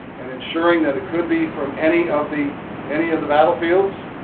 and ensuring that it could be from any of the any of the battlefields.